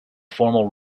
formal